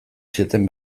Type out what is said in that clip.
zieten